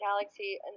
galaxy